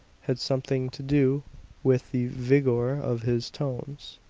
had something to do with the vigor of his tones.